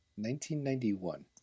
1991